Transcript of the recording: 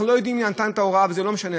אנחנו לא יודעים מי נתן את ההוראה, וזה לא משנה.